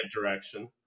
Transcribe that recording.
direction